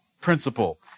principle